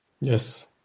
Yes